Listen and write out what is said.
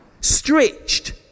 stretched